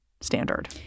standard